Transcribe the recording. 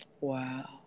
Wow